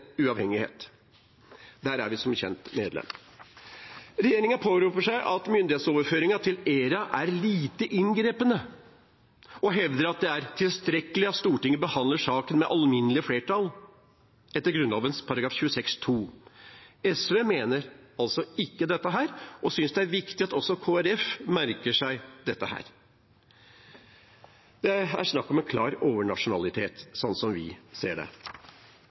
Der er vi som kjent medlem. Regjeringen påberoper seg at myndighetsoverføringen til ERA er lite inngripende, og hevder at det er tilstrekkelig at Stortinget behandler saken med alminnelig flertall etter Grunnloven § 26 annet ledd. SV mener altså ikke dette og synes det er viktig at også Kristelig Folkeparti merker seg dette. Det er snakk om en klar overnasjonalitet, sånn som vi ser det.